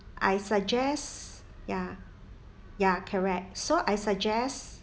I suggest ya ya correct so I suggest